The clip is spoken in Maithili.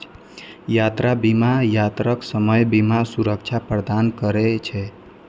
यात्रा बीमा यात्राक समय बीमा सुरक्षा प्रदान करै छै